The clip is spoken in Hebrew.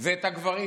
זה את הגברים,